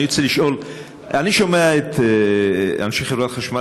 אני רוצה לשאול: אני שומע את אנשי חברת החשמל